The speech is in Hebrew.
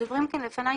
הדוברים כאן לפניי